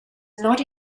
not